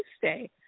Tuesday